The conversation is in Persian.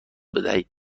بدهید